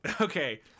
Okay